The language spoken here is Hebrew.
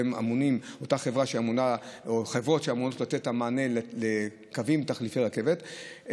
אותן חברות שאמונות לתת את המענה לקווים תחליפי רכבת.